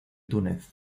túnez